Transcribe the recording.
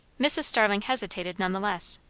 mrs. starling hesitated nevertheless,